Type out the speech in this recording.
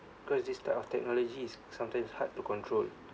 because this type of technology is sometimes it's hard to control